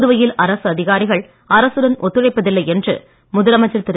புதுவையில் அரசு அதிகாரிகள் அரசுடன் ஒத்துழைப்பதில்லை என்று முதலமைச்சர் திரு